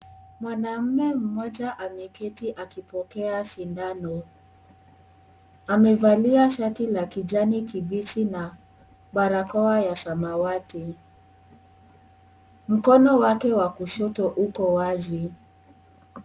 Mwanaume mmoja ameketi akipokea sindano. Amevalia shati la kijani kibichi na barakoa ya samawati. Mkono wake wa kushoto uko wazi.